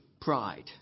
pride